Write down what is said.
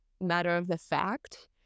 matter-of-the-fact